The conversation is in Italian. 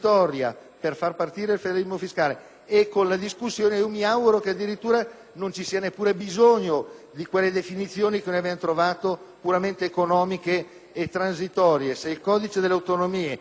e con la discussione mi auguro addirittura che non vi sia neppure bisogno di quelle definizioni, che abbiamo trovato, puramente economiche e temporanee. Se, infatti, il Codice delle autonomie, risolti i due problemi principali,